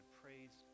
praise